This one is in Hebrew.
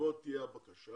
שבו תהיה הבקשה